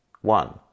one